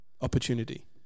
opportunity